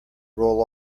roll